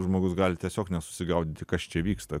žmogus gali tiesiog nesusigaudyti kas čia vyksta